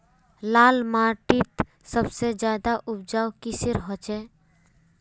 लाल माटित सबसे ज्यादा उपजाऊ किसेर होचए?